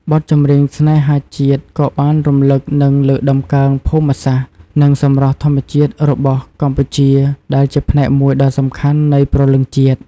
បទចម្រៀងស្នេហាជាតិក៏បានរំលឹក និងលើកតម្កើង ភូមិសាស្ត្រ និងសម្រស់ធម្មជាតិ របស់កម្ពុជា ដែលជាផ្នែកមួយដ៏សំខាន់នៃព្រលឹងជាតិ។